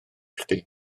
chdi